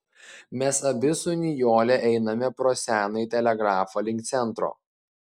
mes abi su nijole einame pro senąjį telegrafą link centro